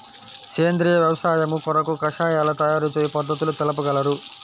సేంద్రియ వ్యవసాయము కొరకు కషాయాల తయారు చేయు పద్ధతులు తెలుపగలరు?